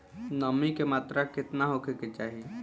नमी के मात्रा केतना होखे के चाही?